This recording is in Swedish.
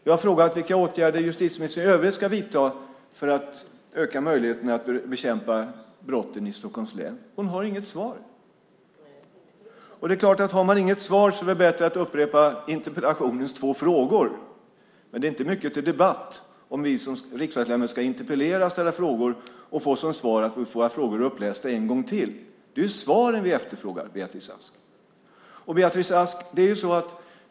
Jag har frågat vilka åtgärder justitieministern i övrigt ska vidta för att öka möjligheterna att bekämpa brott i Stockholms län. Hon har inget svar. Har man inget svar är det väl bättre att upprepa interpellationens två frågor, men det är inte mycket till debatt om vi som riksdagsledamöter ska interpellera och ställa frågor och få som svar att våra frågor blir upplästa en gång till. Det är ju svaren vi efterfrågar, Beatrice Ask.